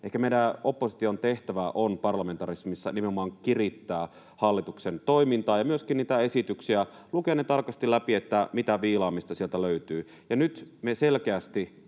ehkä meidän opposition tehtävä on parlamentarismissa nimenomaan kirittää hallituksen toimintaa ja myöskin niitä esityksiä: lukea ne tarkasti läpi, että mitä viilaamista sieltä löytyy. Ja nyt me selkeästi,